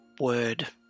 word